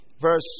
verse